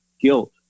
guilt